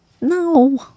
No